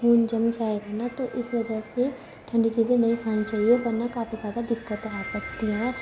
خون جم جائے گا نا تو اس وجہ سے ٹھنڈی چیزیں نہیں کھانی چاہیے ورنہ کافی زیادہ دقّت آ سکتی ہے